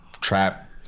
trap